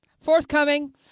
forthcoming